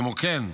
כמו כן,